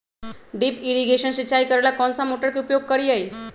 Drip irrigation सिंचाई करेला कौन सा मोटर के उपयोग करियई?